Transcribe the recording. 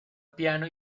piano